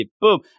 Boom